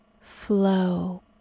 flow